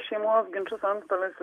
šeimos ginčus antstolis